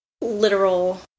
literal